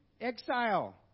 exile